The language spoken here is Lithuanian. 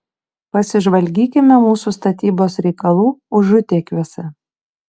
pasižvalgykime mūsų statybos reikalų užutėkiuose